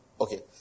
Okay